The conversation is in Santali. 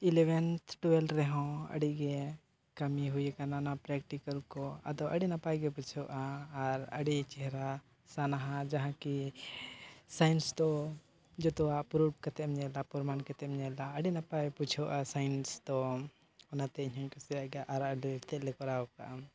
ᱨᱮᱦᱚᱸ ᱟᱹᱰᱤ ᱜᱮ ᱠᱟᱹᱢᱤ ᱦᱩᱭ ᱟᱠᱟᱱᱟ ᱚᱱᱟ ᱠᱚ ᱟᱫᱚ ᱟᱹᱰᱤ ᱱᱟᱯᱟᱭ ᱜᱮ ᱵᱩᱡᱷᱟᱹᱜᱼᱟ ᱟᱨ ᱟᱹᱰᱤ ᱪᱮᱦᱨᱟ ᱥᱟᱱᱟᱣᱟ ᱡᱟᱦᱟᱸ ᱠᱤ ᱫᱚ ᱡᱚᱛᱚᱣᱟᱜ ᱠᱟᱛᱮᱫᱮᱢ ᱧᱮᱞᱟ ᱯᱚᱨᱢᱟ ᱠᱟᱛᱮᱫᱮᱢ ᱧᱮᱞᱟ ᱟᱹᱰᱤ ᱱᱟᱯᱟᱭ ᱵᱩᱡᱷᱟᱹᱜᱼᱟ ᱫᱚ ᱚᱱᱟᱛᱮ ᱤᱧ ᱦᱚᱧ ᱠᱩᱥᱤᱭᱟᱜ ᱜᱮᱭᱟ ᱟᱨ ᱟᱹᱰᱤᱛᱮᱫ ᱞᱮ ᱠᱚᱨᱟᱣ ᱟᱠᱟᱫᱼᱟ